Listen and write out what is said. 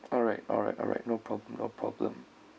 alright alright alright no problem no problem